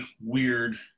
weird